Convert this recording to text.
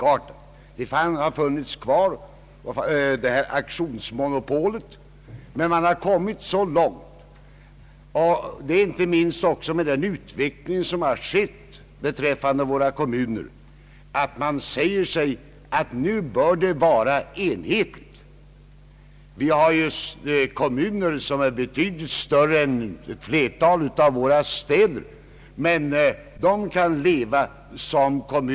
Auktionsmonopolet har funnits kvar. Men utvecklingen beträffande våra kommuner har nu gått så långt att det nu bör upphöra. Vi har nu kommuner som är betydligt större än flertalet av våra städer, där det beslutande organet är kommunens fullmäktige.